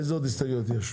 איזה עוד הסתייגויות יש?